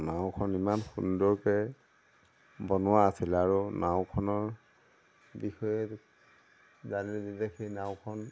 নাওখন ইমান সুন্দৰকে বনোৱা আছিল আৰু নাওখনৰ বিষয়ে জানিলে সেই নাওখন